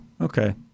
okay